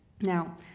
Now